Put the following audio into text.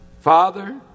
father